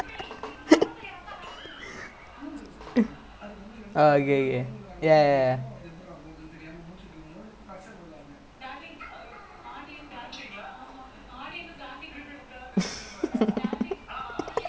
then I was like fuck it lah just buy the cheapest meal then just get the drink because it's like cheaper that way then this sanjay behind me legit everything like I choose the drink eh don't waste and just five dollar you get a whole meal பிச்சக்கார:pichakkaara legit